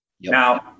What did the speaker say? Now